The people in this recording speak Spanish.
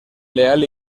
leal